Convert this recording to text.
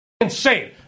insane